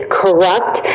corrupt